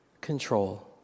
control